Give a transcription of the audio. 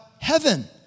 heaven